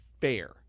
fair